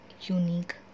unique